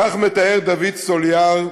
כך מתאר דוד סטוליאר,